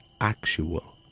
actual